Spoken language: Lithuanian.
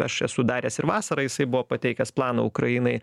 aš esu daręs ir vasarą jisai buvo pateikęs planą ukrainai